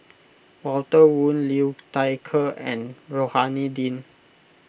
Walter Woon Liu Thai Ker and Rohani Din